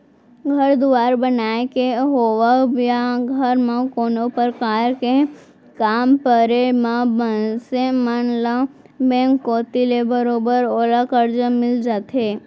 घर दुवार बनाय के होवय या घर म कोनो परकार के काम परे म मनसे मन ल बेंक कोती ले बरोबर ओला करजा मिल जाथे